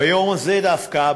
ביום הזה דווקא,